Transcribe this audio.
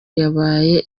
yabaye